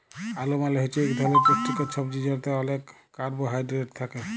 আলু মালে হছে ইক ধরলের পুষ্টিকর ছবজি যেটতে অলেক কারবোহায়ডেরেট থ্যাকে